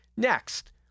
Next